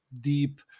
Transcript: deep